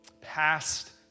Past